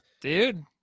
dude